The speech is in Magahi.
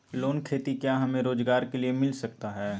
लोन खेती क्या हमें रोजगार के लिए मिलता सकता है?